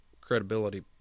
credibility